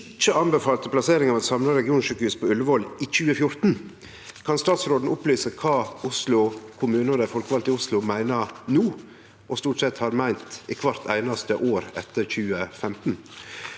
kommune ikkje anbefalte plasseringa av eit samla regionssjukehus på Ullevål i 2014. Kan statsråden opplyse kva Oslo kommune og dei folkevalde i Oslo meiner no, og stort sett har meint kvart einaste år etter 2015?